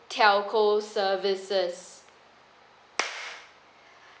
telco services